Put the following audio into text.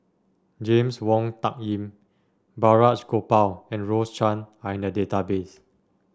James Wong Tuck Yim Balraj Gopal and Rose Chan are in the database